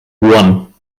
one